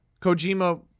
Kojima